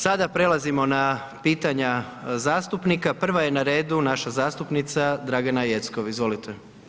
Sada prelazimo na pitanja zastupnika, prva je na redu naša zastupnica Dragana Jeckov, izvolite.